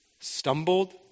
stumbled